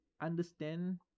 understand